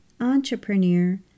entrepreneur